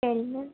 சரிங்க